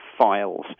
files